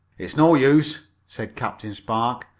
it's no use, said captain spark.